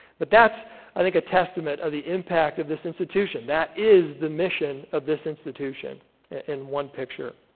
but that's i think a testament of the impact of this institution. that is the mission of this institution in one picture.